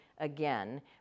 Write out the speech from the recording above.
again